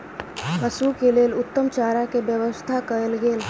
पशु के लेल उत्तम चारा के व्यवस्था कयल गेल